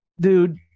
dude